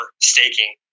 staking